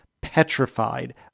petrified